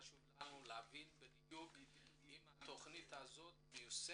חשוב לנו להבין בדיוק אם התכנית מיושמת,